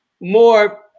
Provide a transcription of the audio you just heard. more